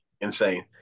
insane